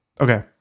Okay